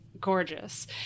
gorgeous